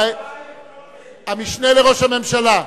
המשנה לראש הממשלה,